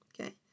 Okay